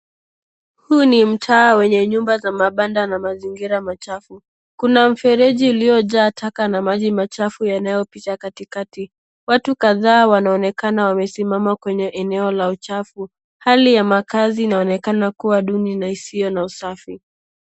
Huu ni mtaa wenye nyumba za mabanda na mazingira machafu. Kuna mfereji ulio jaa taka na maji machafu yanayo pita katikati. Watu kadhaa wanaonekana wamesimama kwenye eneo la uchafu. Hali ya makazi inaonekana kuwa duni na isiyo na usafi.